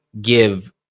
give